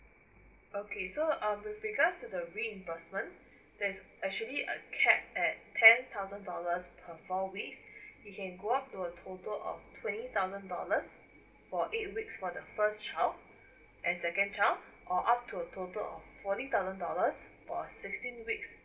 okay so um with regards to the reimbursement there is actually a cap at ten thousand dollars per four weeks it can go up to a total of twenty thousand dollars for eight weeks for the first child and second child or up to a total of forty thousand dollars for sixteen weeks